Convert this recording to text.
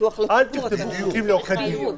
אל תכתבו חוקים לעורכי דין,